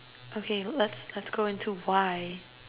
okay let's let's go into why